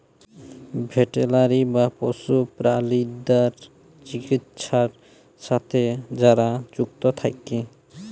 veterinary বা পশু প্রালিদ্যার চিকিৎছার সাথে যারা যুক্ত থাক্যে